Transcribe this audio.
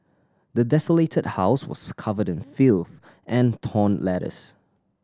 the desolated house was covered in filth and torn letters